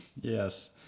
Yes